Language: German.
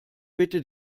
bitte